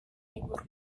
libur